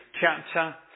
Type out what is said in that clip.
chapter